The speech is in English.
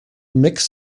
mix